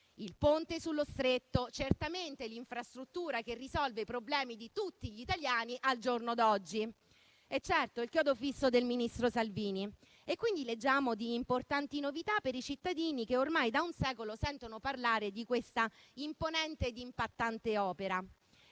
il Ponte sullo Stretto, certamente l'infrastruttura che risolve i problemi di tutti gli italiani al giorno d'oggi. È certo: è il chiodo fisso del ministro Salvini. E quindi leggiamo di importanti novità per i cittadini che ormai da un secolo sentono parlare di questa imponente e impattante opera.